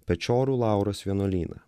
pečorų lauros vienuolyną